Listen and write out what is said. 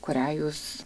kurią jūs